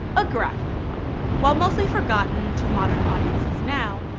a, graphic one while mostly forgotten to modern audiences now,